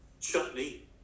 chutney